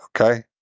okay